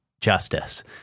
justice